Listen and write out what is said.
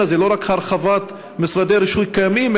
הזה: לא רק הרחבת משרדי רישוי קיימים,